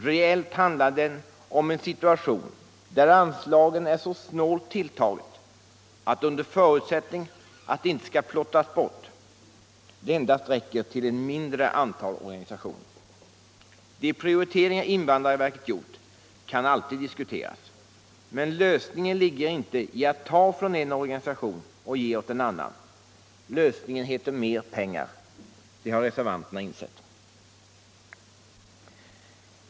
Reellt handlar den om en situation där anslaget är så snålt tilltaget att det, under förutsättning att det inte skall plottras bort, endast räcker till ett mindre antal organisationer. De prioriteringar invandrarverket gjort kan alltid diskuteras. Men lösningen ligger inte i att ta från en organisation och ge åt en annan. Lösningen heter mer pengar. Det har reservanterna insett.